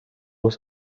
was